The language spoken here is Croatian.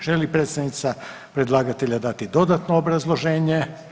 Želi li predstavnica predlagatelja dati dodatno obrazloženje?